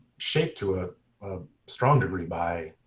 shaped to a strong degree by